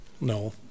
No